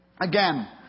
Again